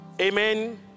Amen